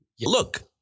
look